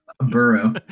Burrow